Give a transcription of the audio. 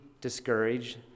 discouraged